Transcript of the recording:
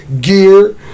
gear